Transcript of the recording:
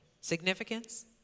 Significance